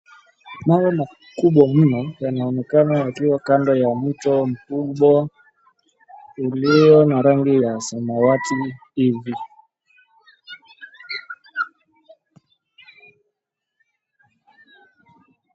Mawe makubwa mno yanaonekana yakiwa kando ya mto mkubwa ulio na rangi ya samawati hivi.